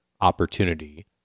opportunity